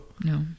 No